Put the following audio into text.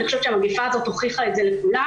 אני חושבת שהמגפה הזאת הוכיחה את זה לכולם,